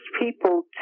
people